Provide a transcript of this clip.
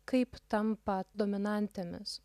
kaip tampa dominantėmis